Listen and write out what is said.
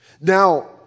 now